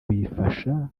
bifasha